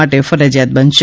માટે ફરજિયાત બનશે